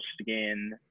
skin